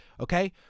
Okay